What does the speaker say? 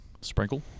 Sprinkle